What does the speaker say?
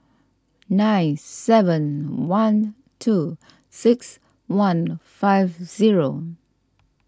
nine seven one two six one five zero